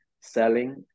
selling